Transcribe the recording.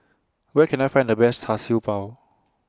Where Can I Find The Best Char Siew Bao